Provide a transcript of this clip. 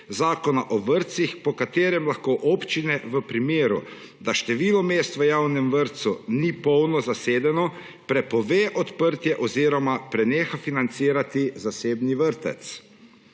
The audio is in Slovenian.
Zakona o vrtcih, po katerem lahko občine v primeru, da število mest v javnem vrtcu ni polno zasedeno, prepove odprtje oziroma preneha financirati zasebni vrtec.